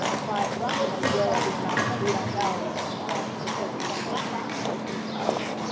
but you know will it be enough? we don't know if this point in time, because